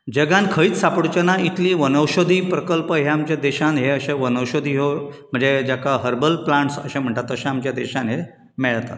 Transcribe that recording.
जगांत खंयच सापडच्यो ना इतली वनऔषधी प्रकल्प हे आमचे देशांत हे अशे वनऔषधी ह्यो म्हणजे जेका हरबल प्लाण्ट्स अशें म्हणटा तशे आमच्या देशांत हे मेळटात